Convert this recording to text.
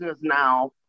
now